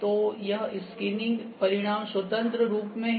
तो यह स्कैनिंग परिणाम स्वतन्त्र रूप में हैं